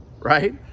Right